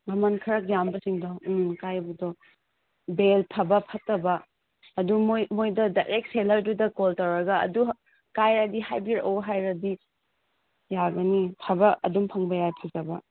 ꯃꯃꯟ ꯈꯔ ꯌꯥꯝꯕꯁꯤꯡꯗꯣ ꯎꯝ ꯀꯥꯏꯕꯗꯣ ꯕꯦꯜ ꯐꯕ ꯐꯠꯇꯕ ꯑꯗꯨ ꯃꯣꯏ ꯃꯣꯏꯗ ꯗꯥꯏꯔꯦꯛ ꯁꯦꯂꯔꯗꯨꯗ ꯀꯣꯜ ꯇꯧꯔꯒ ꯑꯗꯨ ꯀꯥꯏꯔꯗꯤ ꯍꯥꯏꯕꯤꯔꯛꯑꯣ ꯍꯥꯏꯔꯗꯤ ꯌꯥꯒꯅꯤ ꯐꯕ ꯑꯗꯨꯝ ꯐꯪꯕ ꯌꯥꯏ ꯐꯖꯕ